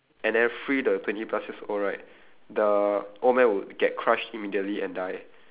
and then free the twenty plus years old right the old man will get crushed immediately and die